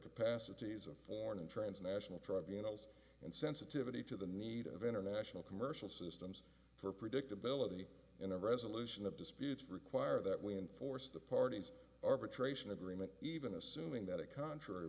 capacities of foreign and transnational tribunals and sensitivity to the need of international commercial systems for predictability in a resolution of disputes require that we enforce the parties arbitration agreement even assuming that a contrary